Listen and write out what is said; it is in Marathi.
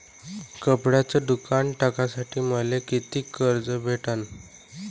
कपड्याचं दुकान टाकासाठी मले कितीक कर्ज भेटन?